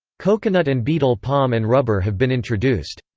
coconut and betel palm and rubber have been introduced.